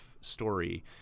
story